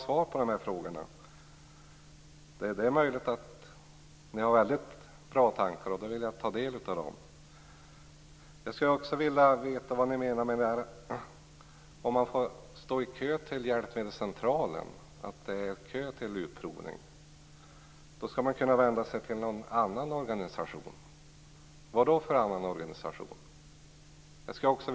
Det är möjligt att ni har mycket bra tankar, och jag vill då ta del av dem. Jag skulle också vilja veta vad ni menar med att den som står i kö till hjälpmedelscentralen, när det är kö till utprovning, skall kunna vända sig till andra organisationer. Vilka andra organisationer är det?